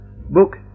book